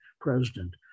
president